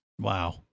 Wow